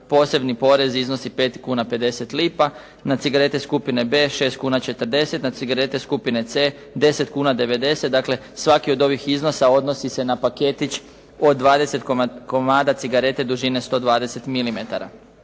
posebni porez iznosi 5 kuna 50 lipa, na cigarete skupine B 6 kuna 40, na cigarete skupine C 10 kuna 90. Dakle svaki od ovih iznosa odnosi se na paketić od 20 komada cigarete dužine 120